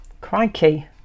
crikey